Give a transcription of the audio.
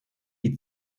die